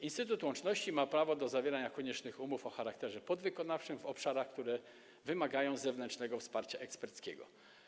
Instytut Łączności ma prawo do zawierania koniecznych umów o charakterze podwykonawczym w obszarach, które wymagają zewnętrznego wsparcia eksperckiego.